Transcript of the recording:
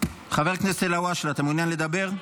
חבר הכנסת אלהואשלה, אתה מעוניין לדבר?